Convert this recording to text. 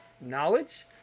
knowledge